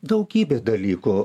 daugybė dalykų